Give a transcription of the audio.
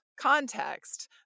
context